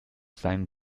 seinen